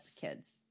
kids